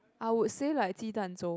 I would say like jidanchou